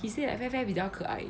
he say like fair fair 比较可爱